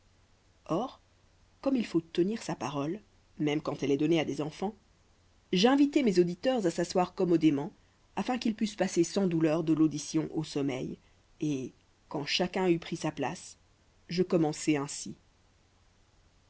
or comme il faut tenir sa parole même quand elle est donnée à des enfants j'invitai mes auditeurs à s'asseoir commodément afin qu'ils pussent passer sans douleur de l'audition au sommeil et quand chacun eut pris sa place je commençai ainsi